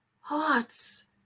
hearts